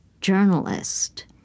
journalist